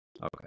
okay